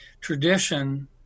tradition